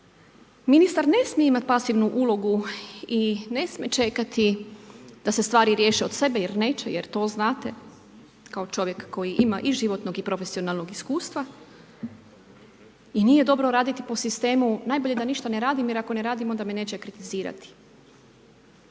ministar ne smije imati pasivnu ulogu i ne smije čekati da se stvari riješe od sebe, jer neće, jer to znate, kao čovjek, koji ima i životnog i profesionalnog iskustva i nije dobro raditi po sistemu, najbolje da ništa ne radim, jer ako ne radim onda me neće kritizirati.